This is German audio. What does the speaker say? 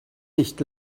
nicht